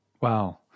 Wow